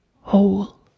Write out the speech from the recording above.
whole